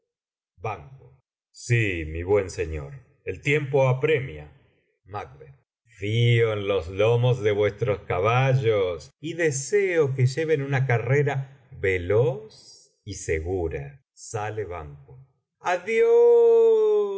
sí mi buen señor el tiempo apremia fío en los lomos de vuestros caballos y deseo que lleven una carrera veloz y segura sale banquo adiós